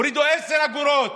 הורידו עשר אגורות,